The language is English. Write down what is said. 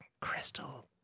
Crystal